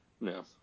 No